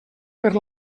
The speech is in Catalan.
per